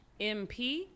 MP